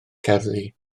cerddi